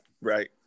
right